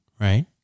right